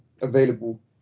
available